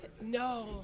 No